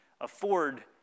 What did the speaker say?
afford